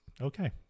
okay